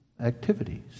activities